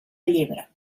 llebre